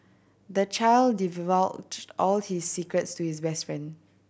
the child all his secrets to his best friend